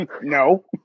No